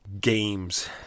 games